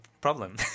problem